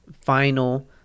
final